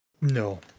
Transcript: No